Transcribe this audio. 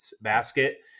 basket